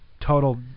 total